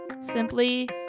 Simply